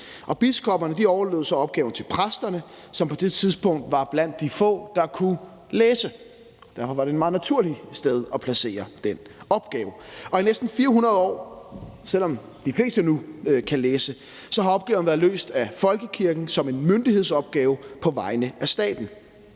Biskopperne overlod så opgaven til præsterne, som på det tidspunkt var blandt de få, der kunne læse. Derfor var det et meget naturligt sted at placere den opgave. I næsten 400 år, selv om de fleste nu kan læse, har opgaven været løst af folkekirken som en myndighedsopgave på vegne af staten